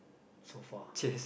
sofa